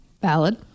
valid